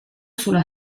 sulla